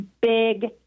big